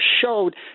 showed